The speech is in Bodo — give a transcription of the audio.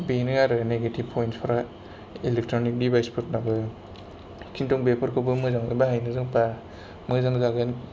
बेनो आरो निगेटिब पइन्टसफोरा इलेक्ट्रनिक डिवाइसफोरनाबो किन्तु बेफोरखौबो मोजाङै बाहायनो रोंबा मोजां जागोन